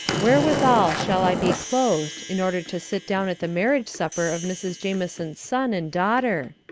wherewithal shall i be clothed, in order to sit down at the marriage-supper of mrs. jamison's son and daughter?